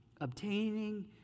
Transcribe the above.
obtaining